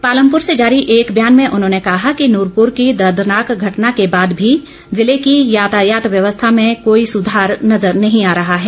पालमपुर से जारी एक ब्यान में उन्होंने कहा कि नूरपुर की दर्दनाक घटना के बाद भी जिले की यातायात व्यवस्था में कोई सुधार नजर नहीं आ रहा है